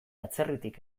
atzerritik